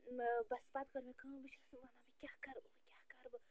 آ بَس پَتہٕ کٔر مےٚ کٲم بہٕ چھَس وَنان وۄنۍ کیٛاہ کَرٕ وۄنۍ کیٛاہ کَرٕ بہٕ